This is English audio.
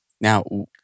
Now